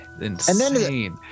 insane